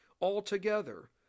Altogether